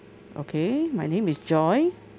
okay my name is joy